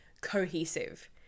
cohesive